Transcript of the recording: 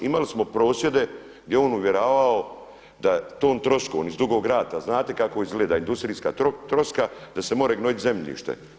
Imali smo prosvjede gdje je on uvjeravao da je tom trosku iz Dugog rata znate kako izgleda industrijska troska, da se more gnojit zemljište.